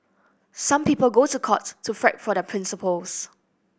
some people go to court to fight for their principles